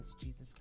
Jesus